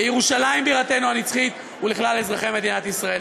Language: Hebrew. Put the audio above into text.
לירושלים בירתנו הנצחית ולכלל אזרחי מדינת ישראל.